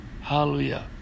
hallelujah